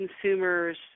consumers